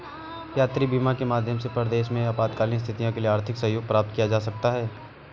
यात्री बीमा के माध्यम से परदेस में आपातकालीन स्थितियों के लिए आर्थिक सहयोग प्राप्त किया जा सकता है